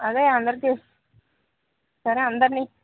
అదే అందరు చేస్ సరే అందరిని